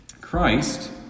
Christ